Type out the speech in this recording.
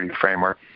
framework